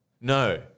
No